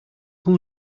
who